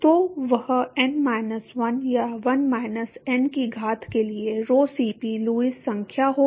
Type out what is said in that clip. तो वह n minus 1 या 1 माइनस n की घात के लिए rho Cp लुईस संख्या होगी